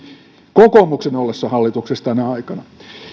kokoomuksen ollessa hallituksessa tänä aikana